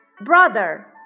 brother